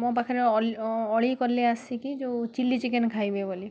ମୋ ପାଖରେ ଅଳି କଲେ ଆସିକି ଯେଉଁ ଚିଲ୍ଲି ଚିକେନ ଖାଇବେ ବୋଲି